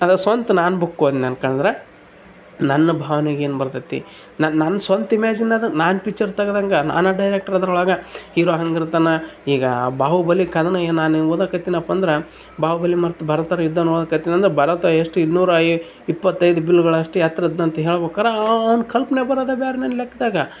ಆದರೆ ಸ್ವಂತ ನಾನು ಬುಕ್ ಓದೀನಿ ಅನ್ಕೊಂಡ್ರೆ ನನ್ನ ಭಾವನೆಗ್ ಏನು ಬರ್ತದೆ ನನ್ನ ಸ್ವಂತ ಇಮ್ಯಾಜಿನಾಗೆ ನಾನು ಪಿಚ್ಚರ್ ತೆಗದಂಗೆ ನಾನು ಡೈರೆಕ್ಟ್ರ್ ಅದ್ರೊಳಗೆ ಹೀರೊ ಹಂಗೆ ಇರ್ತಾನೆ ಈಗ ಬಾಹುಬಲಿ ಕದನ ಏನು ನಾನು ಓದಾಕತ್ತಿನಪ್ಪ ಅಂದ್ರೆ ಬಾಹುಬಲಿ ಮತ್ತು ಭರತನ ಯುದ್ಧ ನೋಡಕತ್ತೀನ್ ಅಂದ್ರೆ ಭರತ ಎಷ್ಟು ಇನ್ನೂರ ಐ ಇಪ್ಪತೈದು ಬಿಲ್ಗಳಷ್ಟು ಎತ್ರ ಇದ್ನಂತ ಹೇಳ್ಬೇಕಾರ ಅವ್ನ ಕಲ್ಪನೇ ಬರೋದೆ ಬೇರೆ ನನ್ನ ಲೆಕ್ದಾಗ